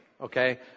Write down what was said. Okay